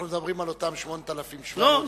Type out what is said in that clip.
אנחנו מדברים על אותם 8,000, לא.